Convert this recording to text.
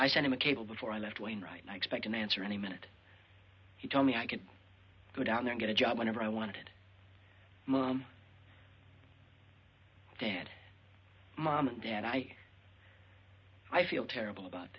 i sent him a cable before i left wing right now expect an answer any minute he told me i could go down there get a job whenever i wanted mom or dad mom and dad i i feel terrible about